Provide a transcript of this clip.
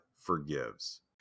forgives